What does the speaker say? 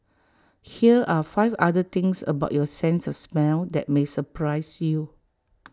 here are five other things about your sense of smell that may surprise you